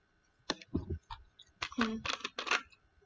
hmm